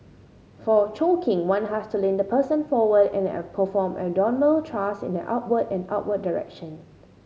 for choking one has to lean the person forward and a perform abdominal trust in an upward and upward direction